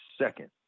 second